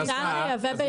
ניתן לייבא.